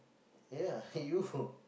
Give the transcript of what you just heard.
ya you